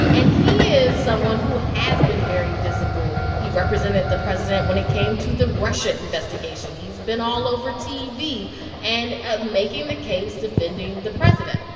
and he is someone who has been very visible. he represented the president when it came to the russia investigation. he's been all over tv and ah making the case, defending the president.